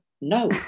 no